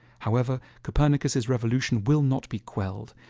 however, copernicus's revolution will not be quelled.